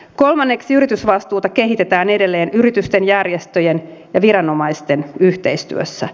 kolmanneksi yritysvastuuta kehitetään edelleen yritysten järjestöjen ja viranomaisten yhteistyössä